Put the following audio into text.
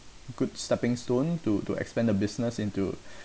good stepping stone to to expand the business into